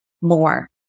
more